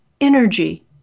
energy